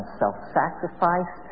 self-sacrifice